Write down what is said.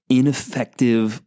ineffective